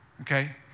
Okay